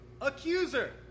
accuser